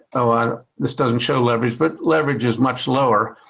oh, and this doesn't show leverage but leverage is much lower.